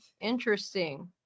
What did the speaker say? interesting